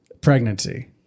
pregnancy